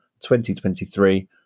2023